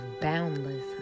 boundless